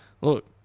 look